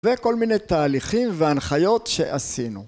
וכל מיני תהליכים והנחיות שעשינו.